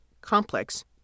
Complex